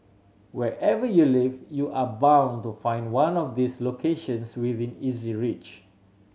wherever you live you are bound to find one of these locations within easy reach